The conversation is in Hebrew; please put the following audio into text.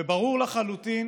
וברור לחלוטין